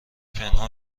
پنهان